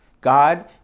God